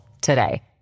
today